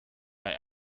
bei